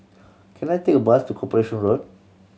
can I take a bus to Corporation Road